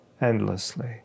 endlessly